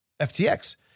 FTX